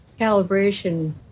Calibration